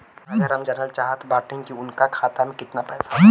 राजाराम जानल चाहत बड़े की उनका खाता में कितना पैसा बा?